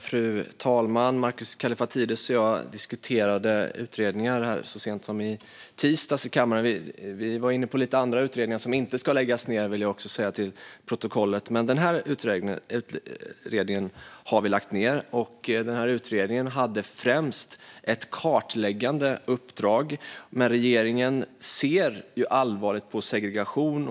Fru talman! Markus Kallifatides och jag diskuterade utredningar så sent som i tisdags i kammaren. Vi var inne på lite andra utredningar som inte ska läggas ned, vilket jag också vill säga med tanke på protokollet. Men denna utredning har vi lagt ned. Den hade främst ett kartläggande uppdrag. Men regeringen ser allvarligt på segregation.